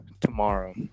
tomorrow